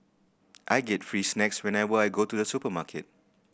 I get free snacks whenever I go to the supermarket